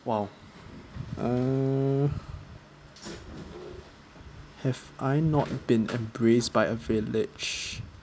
!wow! uh have I not been embraced by a village